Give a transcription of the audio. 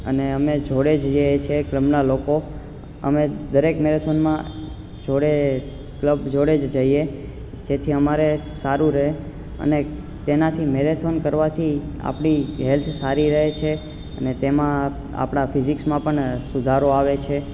અને અમે જોડે જ રહે છે કલબના લોકો અમે દરેક મેરેથોનમાં જોડે ક્લબ જોડે જોઈએ જેથી અમારે સારું રહે અને તેનાથી મેરેથોન કરવાથી આપણી હેલ્થ સારી રહે છે અને તેમા આપણા ફિજિકસમાં પણ સુધારો આવે છે